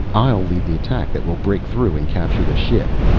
i'll lead the attack that will break through and capture the ship.